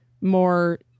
more